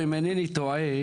אם אינני טועה,